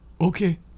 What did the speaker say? Okay